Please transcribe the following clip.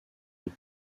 eaux